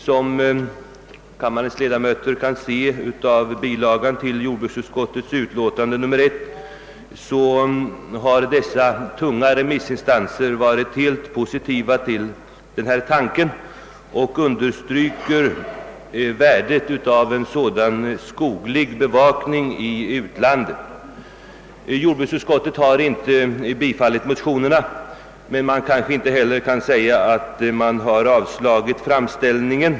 Som kammarens ledamöter finner av bilagan till jordbruksutskottets utlåtande nr 1 har dessa tunga remissinstanser ställt sig helt positiva till tanken i motionerna och understrukit värdet av en sådan skoglig bevakning i utlandet. Jordbruksutskottet har inte tillstyrkt motionerna men det kan kanske inte heller sägas att man avstyrkt framställningen.